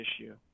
issue